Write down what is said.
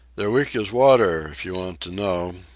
they're weak as water, if you want to know,